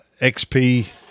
XP